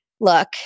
Look